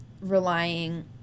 relying